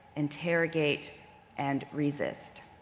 interrogate and resist.